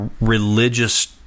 religious